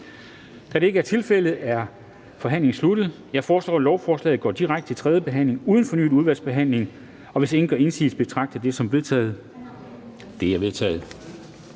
Da det ikke er tilfældet, er forhandlingen sluttet. Jeg foreslår, at lovforslaget går direkte til tredje behandling uden fornyet udvalgsbehandling, og hvis ingen gør indsigelse, betragter jeg det som vedtaget. Det er vedtaget.